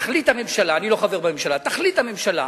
תחליט הממשלה, אני לא חבר בממשלה, תחליט הממשלה